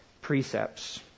precepts